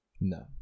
No